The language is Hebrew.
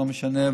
ולא משנה.